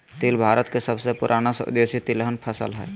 तिल भारत के सबसे पुराना स्वदेशी तिलहन फसल हइ